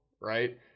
Right